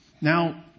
Now